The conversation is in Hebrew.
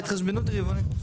ההתחשבנות היא רבעונית.